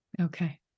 okay